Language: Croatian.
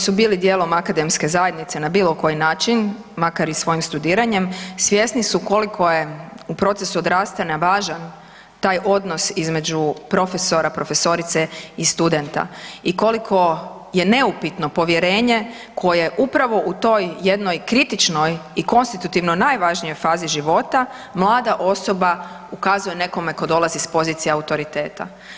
Svi koji su bili dijelom akademske zajednice na bilo koji način makar i svojim studiranjem svjesni su koliko je u procesu odrastanja važan taj odnos između profesora, profesorice i studenta i koliko je neupitno povjerenje koje upravo u toj jednoj kritičnoj i konstitutivno najvažnijoj fazi života mlada osoba ukazuje nekome ko dolazi s pozicije autoriteta.